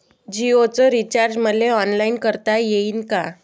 जीओच रिचार्ज मले ऑनलाईन करता येईन का?